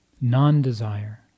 non-desire